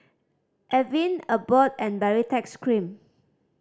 Avene Abbott and Baritex Cream